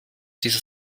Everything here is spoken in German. diese